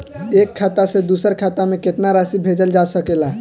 एक खाता से दूसर खाता में केतना राशि भेजल जा सके ला?